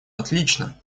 отлично